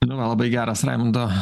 na va labai geras raimundo